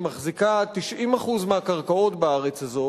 שמחזיקה 90% מהקרקעות בארץ הזאת,